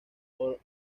por